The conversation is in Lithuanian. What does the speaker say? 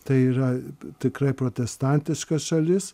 tai yra tikrai protestantiška šalis